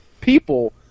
people